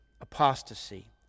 Apostasy